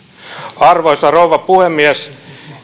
arvoisa rouva puhemies